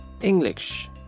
English